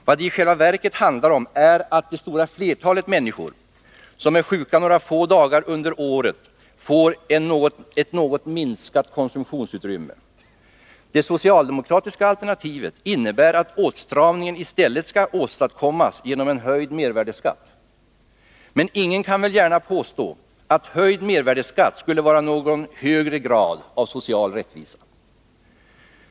Vad det i själva verket handlar om är att det stora flertalet människor, som är sjuka några få dagar under ett år, får ett något minskat konsumtionsutrymme. Det socialdemokratiska alternativet innebär att åtstramningen i stället skall åstadkommas genom en höjning av mervärdeskatten. Men ingen kan väl gärna påstå att en höjning av mervärdeskatten skulle innebära någon högre grad av social rättvisa.